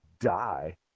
die